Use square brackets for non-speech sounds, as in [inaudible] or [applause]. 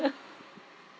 [laughs]